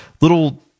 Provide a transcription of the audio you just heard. little